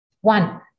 One